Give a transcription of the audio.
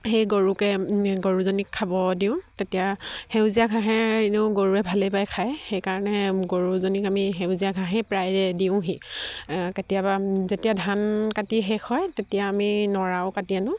সেই গৰুকে গৰুজনীক খাব দিওঁ তেতিয়া সেউজীয়া ঘাঁহে এনেও গৰুৱে ভালেই পাই খায় সেইকাৰণে গৰুজনীক আমি সেউজীয়া ঘাঁহেই প্ৰায়ে দিওঁহি কেতিয়াবা যেতিয়া ধান কাটি শেষ হয় তেতিয়া আমি নৰাও কাটি আনোঁ